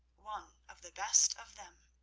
one of the best of them.